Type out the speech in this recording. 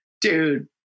dude